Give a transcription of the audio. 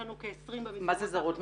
מה זה זרות?